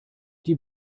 die